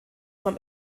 vom